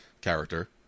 character